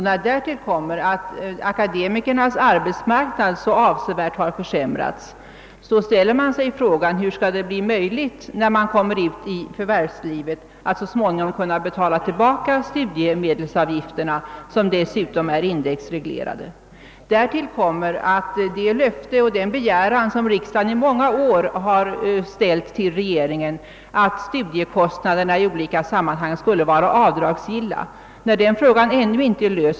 När därtill kommer, att akademikernas arbetsmarknad nu så avsevärt försämrats, ställer man sig frågan hur det skall bli möjligt för dem att så småningom betala tillbaka studiemedelsavgifterna, som dessutom är indexreglerade. Därtill kommer att riksdagen i många år begärt av regeringen, att studiekostnaderna i olika sammanhang skulle vara avdragsgilla, och den frågan är ännu inte löst.